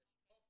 יש חוק